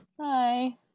hi